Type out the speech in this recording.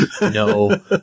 no